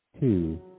two